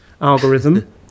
algorithm